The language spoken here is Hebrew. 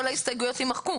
כל ההסתייגויות יימחקו.